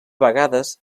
vegades